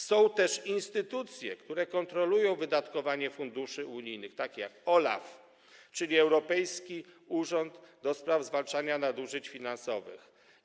Są też instytucje, które kontrolują wydatkowanie funduszy unijnych, takie jak OLAF, czyli Europejski Urząd ds. Zwalczania Nadużyć Finansowych.